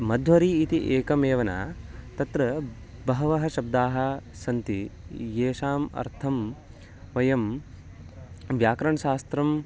मध्वरिः इति एकमेव न तत्र बहवः शब्दाः सन्ति येषाम् अर्थं वयं व्याकरणशास्त्रम्